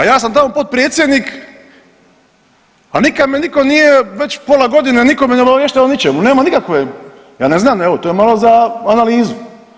A ja sam tamo potpredsjednik, a nikad me nitko nije već pola godine nitko me ne obavještava o ničemu, nema nikakve, ja ne znam evo to je malo za analizu.